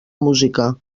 música